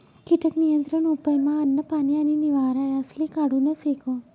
कीटक नियंत्रण उपयमा अन्न, पानी आणि निवारा यासले काढूनस एको